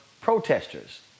protesters